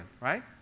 right